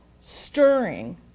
stirring